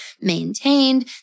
maintained